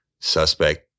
suspect